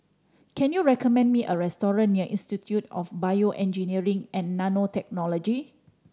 can you recommend me a restaurant near Institute of BioEngineering and Nanotechnology